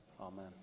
Amen